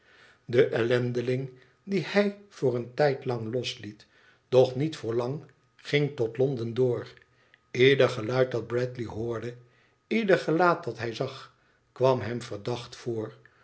de ellendeling dien hij voor een tijdlang losliet doch niet voor lang ging tot londen door ieder geluid dat bradley hoorde ieder gelaat dat hij zag kwam hem verdacht voor